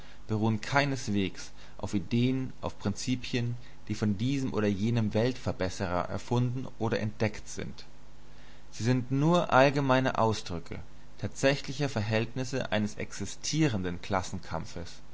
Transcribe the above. beruhen keineswegs auf ideen auf prinzipien die von diesem oder jenem weltverbesserer erfunden oder entdeckt sind sie sind nur allgemeine ausdrücke tatsächlicher verhältnisse eines existierenden klassenkampfes